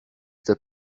that